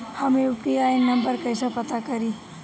हम UPI number कइसे पता करी?